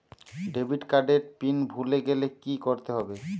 Debit card এর pin ভুলে গেলে কি করতে হবে?